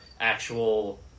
actual